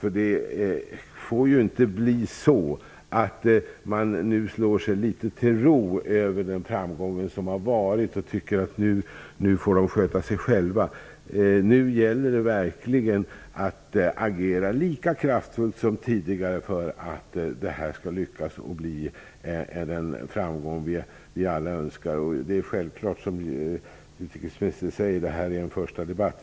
Man får ju inte slå sig till ro efter den framgång som nåtts och tycka att sydafrikanerna får sköta sig själva. Det gäller nu verkligen att agera lika kraftfullt som tidigare för att det här skall lyckas och bli den framgång som vi alla önskar. Det är självklart så, som utrikesministern säger, att det här är en första debatt.